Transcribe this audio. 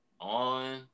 on